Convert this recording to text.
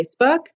Facebook